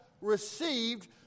received